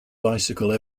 bicycle